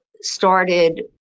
started